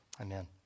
Amen